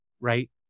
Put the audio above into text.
right